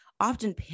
often